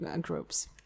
groups